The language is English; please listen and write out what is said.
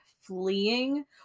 fleeing